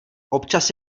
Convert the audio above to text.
občas